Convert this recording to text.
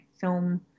film